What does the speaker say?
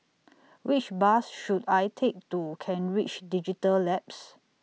Which Bus should I Take to Kent Ridge Digital Labs